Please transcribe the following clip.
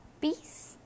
Peace